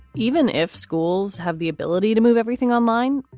even if schools have the ability to move everything online,